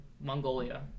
Mongolia